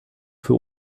für